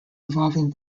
involving